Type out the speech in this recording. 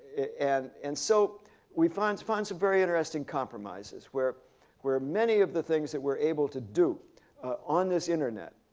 and and so we find find some very interesting compromises where where many of the things that we're able to do on this internet